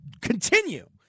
continue